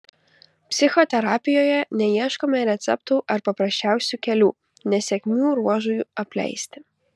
psichoterapijoje neieškome receptų ar paprasčiausių kelių nesėkmių ruožui apleisti